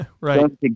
right